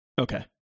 Okay